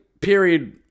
period